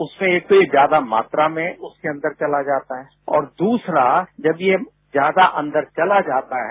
उसमें एक तो ये ज्यादा मात्रा में उसके अंदर चलाजाता है और दूसरा जब ये ज्यादा अंदर चला जाता है